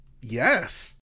yes